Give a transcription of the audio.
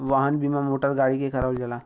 वाहन बीमा गाड़ी मोटर के करावल जाला